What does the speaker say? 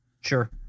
Sure